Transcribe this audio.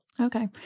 Okay